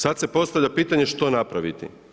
Sada se postavlja pitanje što napraviti.